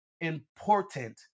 important